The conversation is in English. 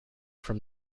from